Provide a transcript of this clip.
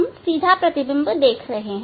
हम सीधा प्रतिबिंब देख रहे हैं